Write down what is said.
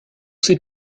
ces